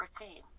routine